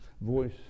voice